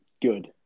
good